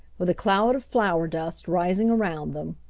with a cloud of flour dust rising around them.